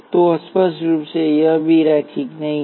तो स्पष्ट रूप से यह भी रैखिक नहीं है